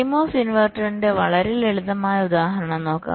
CMOS ഇൻവെർട്ടറിന്റെ വളരെ ലളിതമായ ഉദാഹരണം നോക്കാം